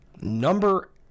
Number